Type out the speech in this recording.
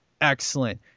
excellent